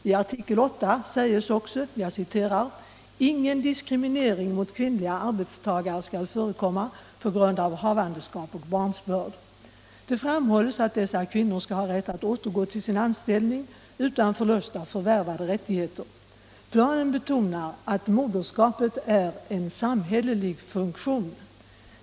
I artikel 8 sägs också: ”Ingen diskriminering mot kvinnliga arbetstagare skall förekomma på grund av havandeskap och barnsbörd.” Det framhålles att dessa kvinnor skall ha rätt att återgå till sin anställning utan förlust av förvärvade rättigheter. Planen betonar att moderskapet är en samhällelig funktion.